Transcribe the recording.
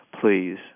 Please